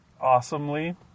awesomely